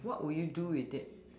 what will you do with it